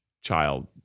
child